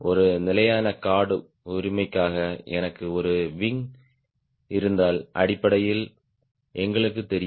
ஒரு நிலையான கார்ட் உரிமைக்காக எனக்கு ஒரு விங் இருந்தால் அடிப்படையில் எங்களுக்குத் தெரியும்